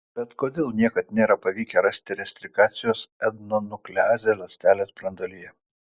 bet kodėl niekad nėra pavykę rasti restrikcijos endonukleazę ląstelės branduolyje